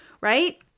right